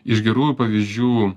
iš gerųjų pavyzdžių